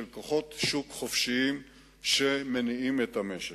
של כוחות שוק חופשיים שמניעים את המשק.